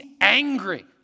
angry